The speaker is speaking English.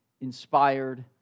inspired